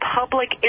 public